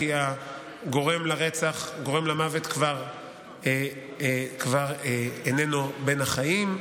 כי הגורם למוות כבר איננו בין החיים,